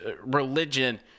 religion